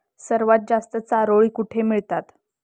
सर्वात जास्त चारोळी कुठे मिळतात?